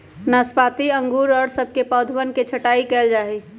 नाशपाती अंगूर और सब के पौधवन के छटाई कइल जाहई